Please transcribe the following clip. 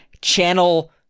channel